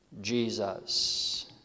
Jesus